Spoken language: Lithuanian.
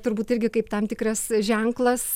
turbūt irgi kaip tam tikras ženklas